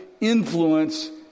influence